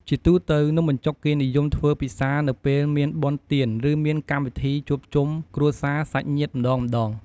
ជាទូទៅ នំបញ្ចុកគេនិយមធ្វើពិសានៅពេលមានបុណ្យទានឬមានកម្មវិធីជួបជុំគ្រួសារសាច់ញាតិម្តងៗ។